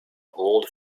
old